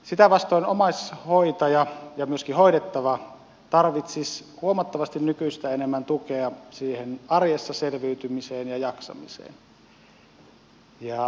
sitä vastoin omaishoitaja ja myöskin hoidettava tarvitsisivat huomattavasti nykyistä enemmän tukea siihen arjessa selviytymiseen ja jaksamiseen